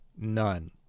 none